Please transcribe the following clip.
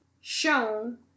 shown